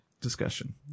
discussion